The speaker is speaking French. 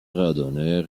randonneurs